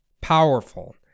powerful